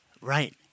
Right